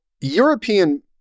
European